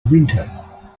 winter